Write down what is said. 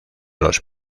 los